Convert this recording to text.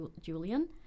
Julian